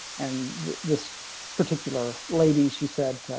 and this particular lady. she said,